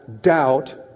doubt